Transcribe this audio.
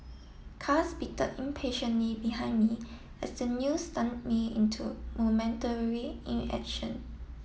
cars bitter impatiently behind me as the news stunned me into momentary inaction